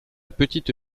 petite